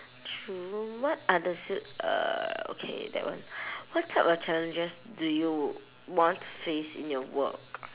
true what are the s~ er okay that one what type of challenges do you want to face in your work